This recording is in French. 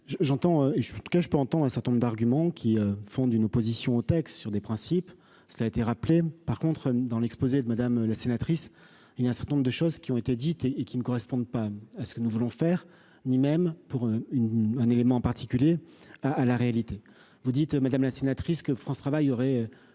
j'entends et je suis en tout cas je peux entend un certain nombre d'arguments qui font d'une opposition au texte sur des principes. ça a été rappelé par contre dans l'exposé de Madame la sénatrice, il y a un certain nombre de choses qui ont été dites et et qui ne correspondent pas à ce que nous voulons faire, ni même pour une un événement particulier à à la réalité, vous dites, madame la sénatrice que France travail aurait